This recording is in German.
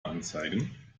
anzeigen